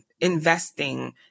investing